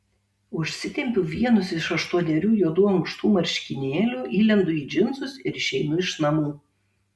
užsitempiu vienus iš aštuonerių juodų ankštų marškinėlių įlendu į džinsus ir išeinu iš namų